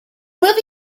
with